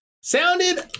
Sounded